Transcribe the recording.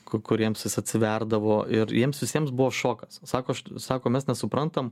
ku kuriems jis atsiverdavo ir jiems visiems buvo šokas sako aš sako mes nesuprantam